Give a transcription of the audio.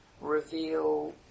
reveal